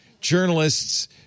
journalists